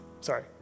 Sorry